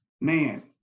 man